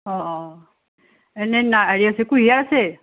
অ' অ' এনে না হেৰি আছে কুঁহিয়াৰ আছে